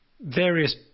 various